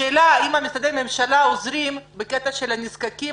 השאלה היא האם משרדי הממשלה עוזרים בקטע של הנזקקים,